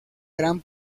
gran